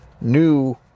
new